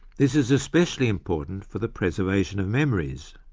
this is especially important for the preservation of memories.